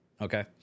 okay